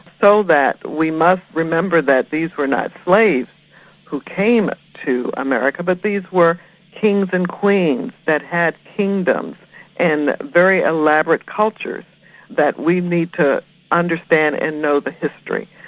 so that we must remember that these were not slaves who came to america but these were kings and queens that had kingdoms and very elaborate cultures that we need to understand and know the history.